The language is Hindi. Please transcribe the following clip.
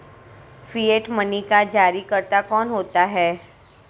फिएट मनी का जारीकर्ता कौन होता है?